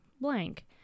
blank